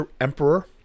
emperor